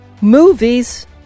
Movies